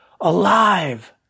alive